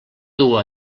dur